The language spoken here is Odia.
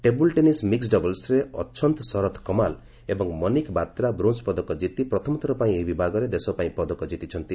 ଟେବୁଲ୍ ଟେନିସ୍ ମିକ୍କଡ୍ ଡବଲ୍କରେ ଅଛନ୍ତ ଶରତ କମଲ ଏବଂ ମନିକା ବାତ୍ରା ବ୍ରୋଞ୍ଜ ପଦକ ଜିତି ପ୍ରଥମଥର ପାଇଁ ଏହି ବିଭାଗରେ ଦେଶ ପାଇଁ ପଦକ ଜିତିଛନ୍ତି